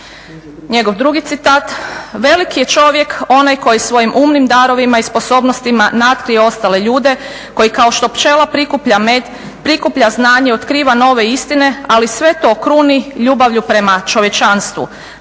Njegov drugi citat: "Veliki je čovjek onaj koji svojim umnim darovima i sposobnostima natkrije ostale ljude, koji kao što pčela prikuplja med, prikuplja znanje, otkriva nove istine, ali sve to kruni ljubavlju prema čovječanstvu,